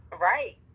right